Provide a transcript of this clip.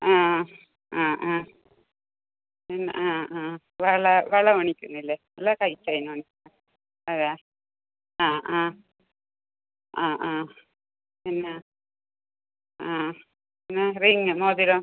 ആ ആ ആ പിന്നെ ആ ആ വള വള മേടിക്കുന്നില്ലേ അല്ല കൈ ചെയിനോ അതെയോ ആ ആ ആ ആ പിന്നെ ആ പിന്നെ റിംഗ് മോതിരം